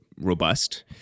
robust